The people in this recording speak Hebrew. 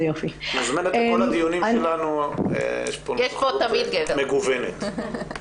בכל הדיונים שלנו יש כאן נציגות מגוונת.